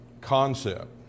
concept